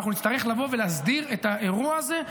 אנחנו נצטרך לבוא ולהסדיר את האירוע הזה.